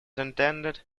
intended